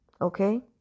Okay